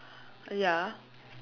ya